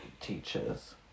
teachers